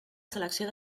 selecció